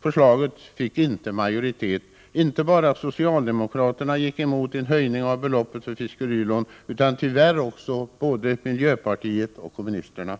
Förslaget fick inte majoritet. Inte bara socialdemokraterna gick emot en höjning av beloppet för fiskerilån utan tyvärr också både miljöpartiet och kommunisterna.